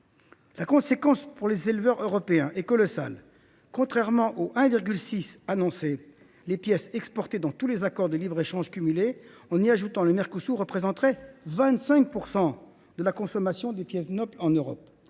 La conséquence pour les éleveurs européens est colossale. Contrairement à ce qui nous est annoncé – un taux de 1,6 %–, les pièces exportées dans tous les accords de libre échange cumulés, en y ajoutant le Mercosur, représenteraient 25 % de la consommation des pièces nobles en Europe.